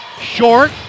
short